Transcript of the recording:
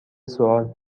سوال